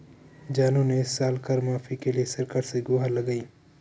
जानू ने इस साल कर माफी के लिए सरकार से गुहार लगाई